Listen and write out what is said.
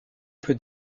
peut